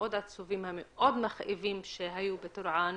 העצובים והמכאיבים שהיו בטורעאן.